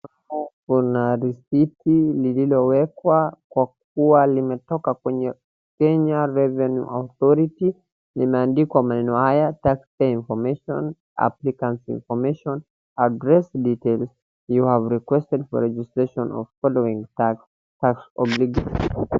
Huku kuna risiti liliowekwa kwa kuwa limetoka kwenye Kenya Revenue Authority , limeandikwa maneno haya, taxpayer information, applicant information, address details, you have requested for registration of the following tax obligation .